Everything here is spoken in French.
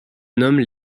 nomment